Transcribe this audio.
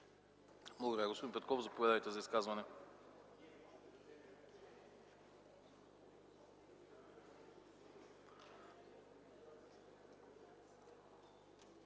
Благодаря. Господин Петков, заповядайте за изказване.